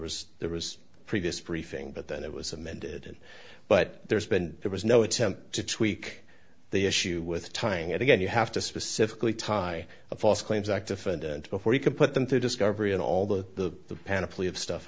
was there was a previous briefing but then it was amended but there's been there was no attempt to tweak the issue with tying it again you have to specifically tie a false claims act if and before you can put them through discovery and all the